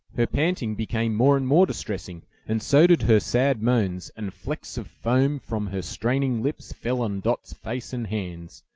her panting became more and more distressing, and so did her sad moans and flecks of foam from her straining lips fell on dot's face and hands.